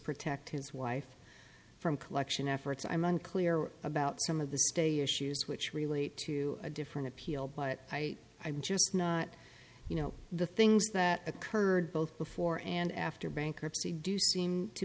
protect his wife from collection efforts i'm unclear about some of the state issues which relate to a different appeal but i i would just not you know the things that occurred both before and after bankruptcy do seem to